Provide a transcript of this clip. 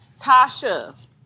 Tasha